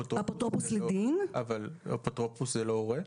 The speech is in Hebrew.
אפוטרופוס זה לא הורה?